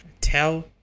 Tell